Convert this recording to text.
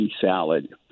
salad